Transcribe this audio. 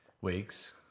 weeks